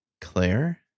Claire